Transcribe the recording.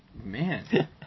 Man